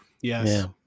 Yes